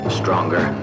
stronger